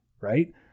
right